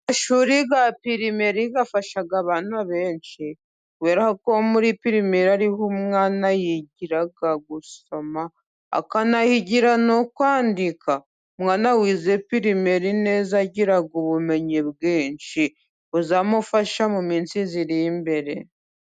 Amashuri ya pirimeri afasha abana benshi kubera ko muri pirimeri ariho umwana yigira gusoma, akanahigira no kwandika. Umwana wize pirimeri neza agira ubumenyi bwinshi buzamufasha mu minsi iri imbere.